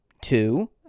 Two